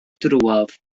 drwodd